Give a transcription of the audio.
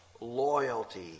loyalty